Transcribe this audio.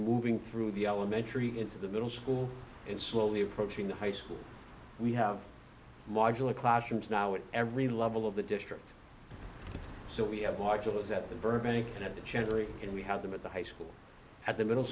moving through the elementary into the middle school and slowly approaching the high school we have modular classrooms now at every level of the district so we have large ones at the burbank have to generate and we have them at the high school at the middle